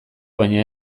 baina